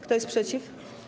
Kto jest przeciw?